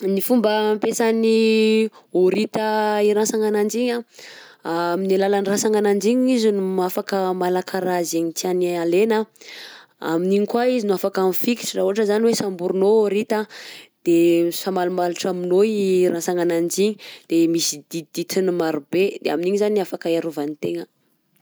Ny fomba ampiasan'ny horita i ransana ananjy iny anh, amin'ny alalan'ny rantsana ananjy igny izy no m- afaka malaka raha zaigny tiany alaina, amin'iny koa izy no afaka mifikitra raha ohatra zany hoe samborinao horita anh de misamalomalotra aminao i ransana ananjy igny de misy dintidintiny maro be de amin'iny zany ny afaka hiarovany tegna.